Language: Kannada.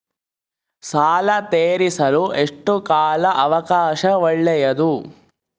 ಸಾಲ ತೇರಿಸಲು ಎಷ್ಟು ಕಾಲ ಅವಕಾಶ ಒಳ್ಳೆಯದು?